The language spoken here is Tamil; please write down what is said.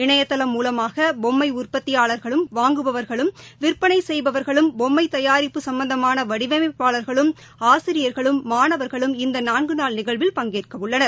இணையதளம் மூலமாகபொம்மை ற்பத்தியாளா்களும் வாங்குபவா்களும் விற்பனைசெய்பவா்களும் பொம்மைதயாரிப்பு சம்பந்தமானவடிவமைப்பாளர்களும் ஆசிரியர்களும் மாணவர்களும் இந்தநான்குநாள் நிகழ்வில் பங்கேற்கவுள்ளனர்